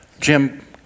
Jim